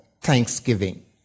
thanksgiving